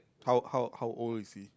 how how how old is he